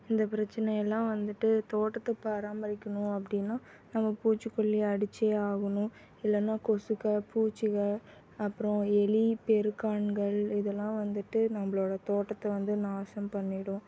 இந்த பிரச்சினையெல்லாம் வந்துட்டு தோட்டத்தை பராமரிக்கணும் அப்படின்னா நம்ம பூச்சிக்கொல்லி அடித்தே ஆகணும் இல்லைன்னா கொசுகள் பூச்சிகள் அப்புறம் எலி பெருக்கான்கள் இதலாம் வந்துட்டு நம்மளோட தோட்டத்தை வந்து நாசம் பண்ணிவிடும்